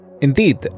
Indeed